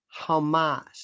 Hamas